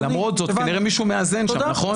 למרות זאת, כנראה מישהו מאזן שם, נכון?